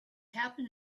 happen